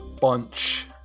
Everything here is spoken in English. Bunch